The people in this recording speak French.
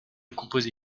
composé